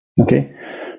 Okay